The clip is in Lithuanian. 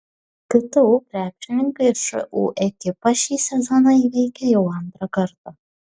ktu krepšininkai šu ekipą šį sezoną įveikė jau antrą kartą